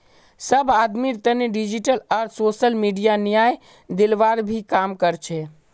सब आदमीर तने डिजिटल आर सोसल मीडिया न्याय दिलवार भी काम कर छे